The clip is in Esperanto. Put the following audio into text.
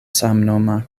samnoma